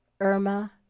irma